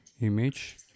image